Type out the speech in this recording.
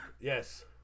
Yes